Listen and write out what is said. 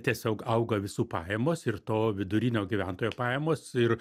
tiesiog auga visų pajamos ir to vidurinio gyventojo pajamos ir